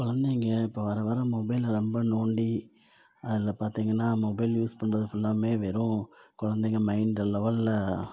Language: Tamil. குழந்தைங்க இப்போ வர வர மொபைலை ரொம்ப நோண்டி அதில் பார்த்தீங்கனா மொபைல் யூஸ் பண்றது ஃபுல்லாமே வெறும் குழந்தைங்க மைண்ட் லெவெலில்